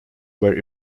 were